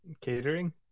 Catering